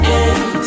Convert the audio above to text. eight